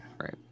right